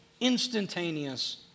instantaneous